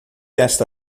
esta